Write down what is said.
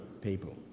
people